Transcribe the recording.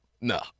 no